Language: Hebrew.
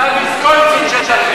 זה ויסקונסין שלכם.